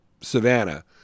Savannah